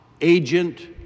agent